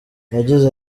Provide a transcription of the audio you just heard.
yagize